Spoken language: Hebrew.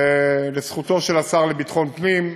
לזכותו של השר לביטחון פנים,